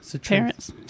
parents